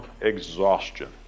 exhaustion